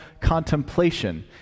contemplation